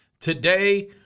Today